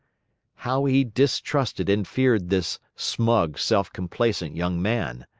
how he distrusted and feared this smug, self-complacent young man!